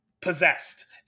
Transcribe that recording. possessed